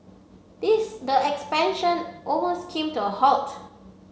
these expansion almost came to a halt